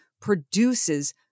produces